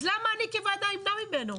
אז למה אני כוועדה אמנע ממנו?